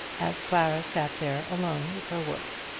as clara sat there alone with her work.